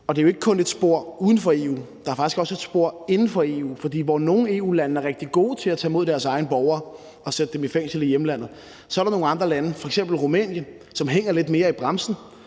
Og det er jo ikke kun et spor uden for EU, for der er faktisk også et spor inden for EU, for hvor nogle EU-lande er rigtig gode til at tage imod deres egne borgere og sætte dem i fængsel i hjemlandet, så er der nogle andre lande, f.eks. Rumænien, som hænger lidt mere i bremsen,